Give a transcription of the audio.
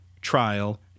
trial